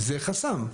זה חסם.